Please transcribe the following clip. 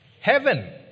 Heaven